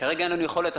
כרגע אין יכולת.